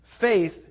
Faith